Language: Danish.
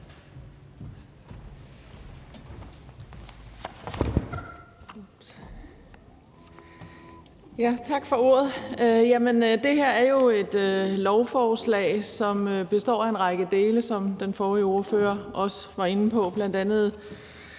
Tak for ordet. Det her er jo et lovforslag, som består af en række dele, som den forrige ordfører også var inde på.